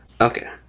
Okay